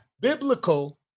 biblical